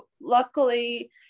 Luckily